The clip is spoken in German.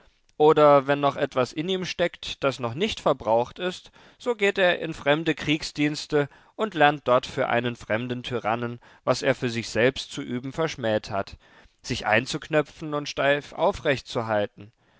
oder wenn noch etwas in ihm steckt das noch nicht verbraucht ist so geht er in fremde kriegsdienste und lernt dort für einen fremden tyrannen was er für sich selbst zu üben verschmäht hat sich einzuknöpfen und steif aufrechtzuhalten